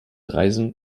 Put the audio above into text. reisen